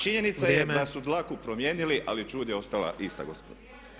Činjenica je da su dlaku promijenili ali ćud je ostala ista gospodo.